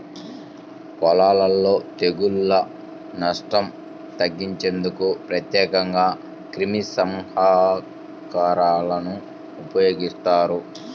పొలాలలో తెగుళ్ల నష్టం తగ్గించేందుకు ప్రత్యేకంగా క్రిమిసంహారకాలను ఉపయోగిస్తారు